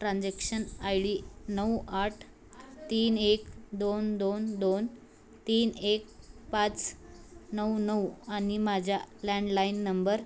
transaction I D नऊ आठ तीन एक दोन दोन दोन तीन एक पाच नऊ नऊ आणि माझ्या लँडलाईन नंबर